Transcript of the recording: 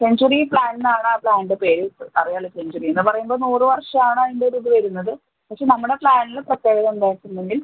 century plan എന്നാണ് ആ പ്ലാനിൻ്റ പേര് അറിയാമല്ലൊ സെഞ്ച്വറി എന്ന് പറയുമ്പം നൂറ് വർഷമാണ് അതിൻ്റെ ഒര് ഇത് വരുന്നത് പക്ഷെ നമ്മുടെ പ്ലാനിൽ പ്രത്യേകത എന്താ വച്ചിട്ടുണ്ടെങ്കിൽ